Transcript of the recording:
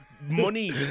money